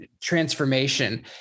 transformation